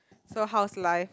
so how's life